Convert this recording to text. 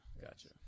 gotcha